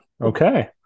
Okay